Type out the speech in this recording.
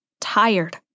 tired